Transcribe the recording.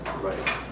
Right